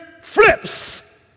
flips